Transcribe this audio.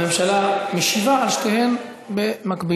הממשלה משיבה על שתיהן במקביל.